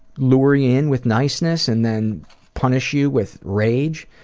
lure you in with niceness and then punish you with rage.